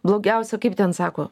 blogiausia kaip ten sako